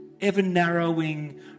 ever-narrowing